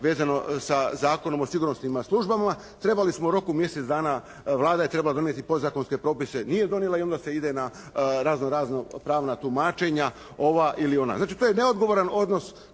vezano sa Zakonom o sigurnosnim službama, trebali smo u roku mjesec dana, Vlada je trebala donijeti podzakonske propise, nije donijela i onda se ide na razno-razna pravna tumačenja, ova ili ona. Znači to je neodgovoran odnosa